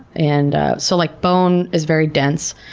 and ah so like bone is very dense.